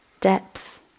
depth